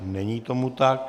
Není tomu tak.